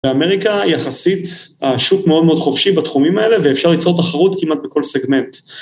באמריקה יחסית השוק מאוד מאוד חופשי בתחומים האלה ואפשר ליצור תחרות כמעט בכל סגמנט.